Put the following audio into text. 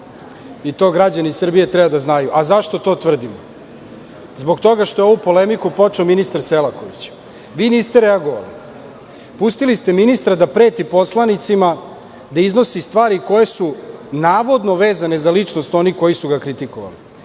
to građani Srbije treba da znaju. Zašto to tvrdim? Zbog toga što je ovu polemiku počeo ministar Selaković. Vi niste reagovali, pustili ste ministra da preti poslanicima, da iznosi stvari koje su navodno vezane za ličnost onih koji su ga kritikovali.